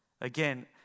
Again